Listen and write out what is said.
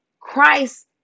Christ